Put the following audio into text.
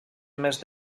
més